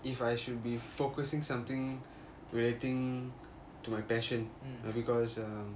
if I should be focusing something relating to my passion because uh